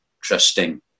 trusting